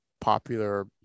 popular